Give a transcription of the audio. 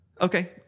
Okay